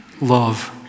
love